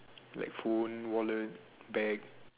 like phone wallet bag